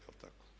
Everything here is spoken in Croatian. Jel' tako?